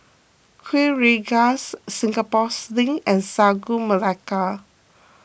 Kuih Rengas Singapore Sling and Sagu Melaka